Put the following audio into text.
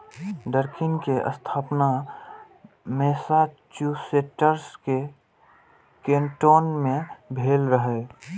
Dunkin के स्थापना Massachusetts के कैन्टोन मे भेल रहै